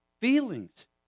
feelings